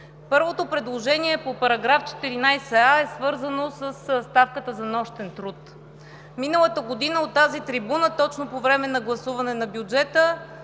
Първото предложение по § 14а е свързано със ставката за нощен труд. Миналата година от тази трибуна, точно по време на гласуване на бюджета,